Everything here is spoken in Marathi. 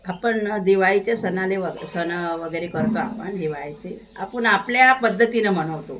आपण दिवाळीचे सणाला वग सण वगैरे करतो आपण दिवाळीचे आपण आपल्या पद्धतीनं मनवतो